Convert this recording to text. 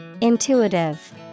Intuitive